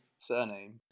Surname